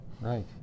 Right